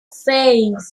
seis